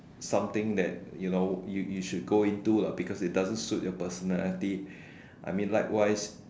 something that you know you should go into lah because it doesn't suit your personality I mean likewise